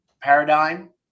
paradigm